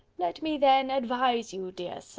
let me then advise you, dear sir,